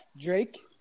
Drake